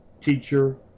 teacher